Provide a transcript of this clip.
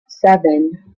seven